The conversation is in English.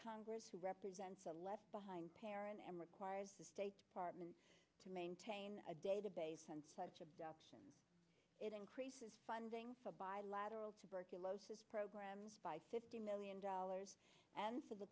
of who represents the left behind parent and requires the state department to maintain a database and such adoption it increases funding for bilateral tuberculosis programs by fifty million dollars and for the